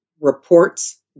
reports